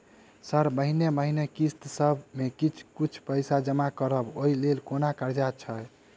Sir महीने महीने किस्तसभ मे किछ कुछ पैसा जमा करब ओई लेल कोनो कर्जा छैय?